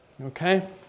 Okay